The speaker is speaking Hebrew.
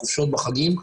בחופשות החגים,